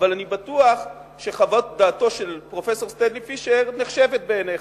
אבל אני בטוח שחוות דעתו של פרופסור סטנלי פישר נחשבת בעיניך.